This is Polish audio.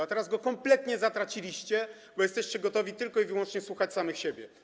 A teraz go kompletnie zatraciliście, bo jesteście gotowi tylko i wyłącznie słuchać samych siebie.